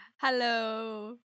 Hello